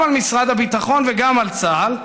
גם על משרד הביטחון וגם על צה"ל,